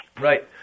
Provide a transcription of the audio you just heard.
Right